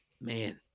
man